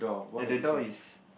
at the door is